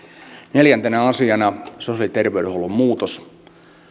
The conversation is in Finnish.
neljäntenä asiana sosiaali ja terveydenhuollon muutos